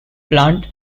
plant